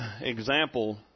example